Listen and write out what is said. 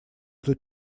эту